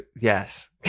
Yes